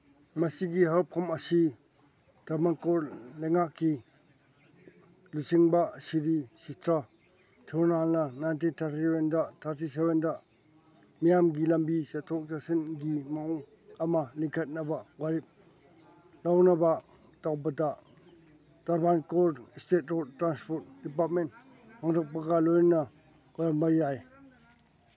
ꯃꯁꯤꯒꯤ ꯍꯧꯔꯛꯐꯝ ꯑꯁꯤ ꯇ꯭ꯔꯚꯟꯀꯣꯔ ꯂꯩꯉꯥꯛꯀꯤ ꯂꯨꯆꯤꯡꯕ ꯁꯤꯔꯤ ꯆꯤꯇ꯭ꯔꯥ ꯊ꯭ꯔꯨꯅꯥꯜꯅ ꯅꯥꯏꯟꯇꯤꯟ ꯊꯥꯔꯇꯤ ꯁꯕꯦꯟꯗ ꯃꯤꯌꯥꯝꯒꯤ ꯂꯝꯕꯤ ꯆꯠꯊꯣꯛ ꯆꯠꯁꯤꯟꯒꯤ ꯃꯑꯣꯡ ꯑꯃ ꯂꯤꯡꯈꯠꯅꯕ ꯋꯥꯔꯦꯞ ꯂꯧꯅꯕ ꯇꯧꯕꯗ Travancore state road transport department ꯍꯥꯡꯗꯣꯛꯄꯒ ꯂꯣꯏꯅꯅ ꯑꯣꯏꯔꯝꯕ ꯌꯥꯏ